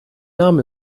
name